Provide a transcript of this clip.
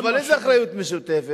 אבל איזו אחריות משותפת?